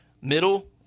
Middle